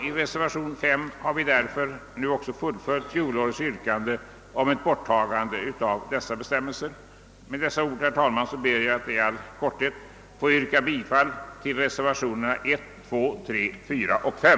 I reservation 5 har vi därför fullföljt fjolårets yrkande om borttagande av denna bestämmelse. Med det anförda ber jag att få yrka bifall till reservationerna 1, 2, 3, 4 och 5.